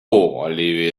olivia